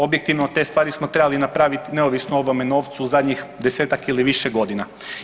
Objektivno te stvari smo trebali napraviti neovisno o ovome novcu u zadnjih 10-tak ili više godina.